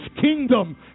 kingdom